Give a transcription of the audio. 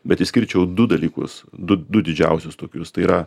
bet išskirčiau du dalykus du du didžiausius tokius tai yra